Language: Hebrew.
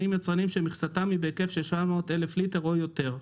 של יצרנים שמכסתם היא בהיקף של 700 אלף ליטר או יותר".